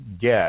get